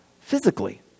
physically